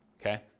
okay